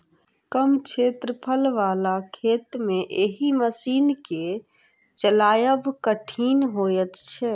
कम क्षेत्रफल बला खेत मे एहि मशीन के चलायब कठिन होइत छै